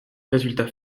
résultat